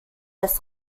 das